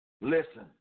listen